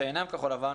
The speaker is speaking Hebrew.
שאינם כחול לבן,